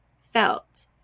felt